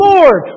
Lord